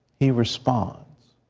he responds.